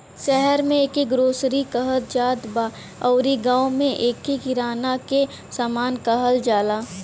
शहर में एके ग्रोसरी कहत जात बा अउरी गांव में एके किराना के सामान कहल जाला